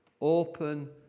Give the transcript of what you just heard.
Open